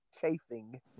chafing